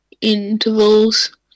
intervals